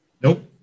Nope